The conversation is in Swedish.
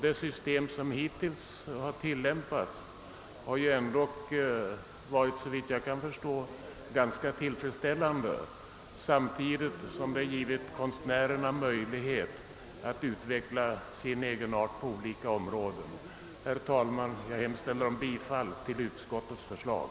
Det hittills tillämpade systemet har ändock, såvitt jag förstår, varit ganska tillfredsställande, samtidigt som det givit konstnärerna möjligheter att utveckla sin egenart på olika områden. Herr talman! Jag hemställer om bifall till utskottets förslag.